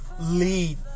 lead